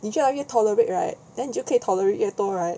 你越来越 tolerate right then 你就可以 tolerate 越多 right